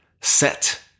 set